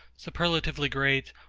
superlatively great,